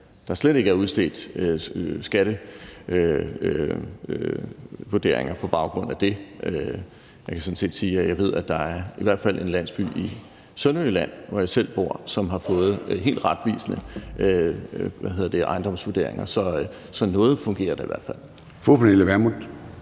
der slet ikke er udstedt ejendomsvurderinger på baggrund af det. Jeg ved, at der i hvert fald er en landsby i Sønderjylland, hvor jeg selv bor, som har fået helt retvisende ejendomsvurderinger. Så noget fungerer da i hvert fald. Kl. 09:32 Formanden